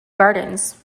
gardens